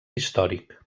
històric